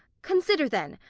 consider then,